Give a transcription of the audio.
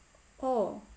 oh